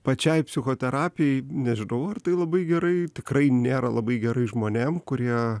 pačiai psichoterapijai nežinau ar tai labai gerai tikrai nėra labai gerai žmonėm kurie